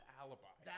alibi